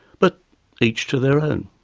but each to their own.